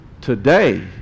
Today